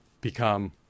become